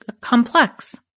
complex